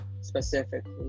specifically